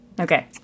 Okay